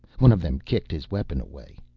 one of them kicked his weapon away.